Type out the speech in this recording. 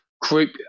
group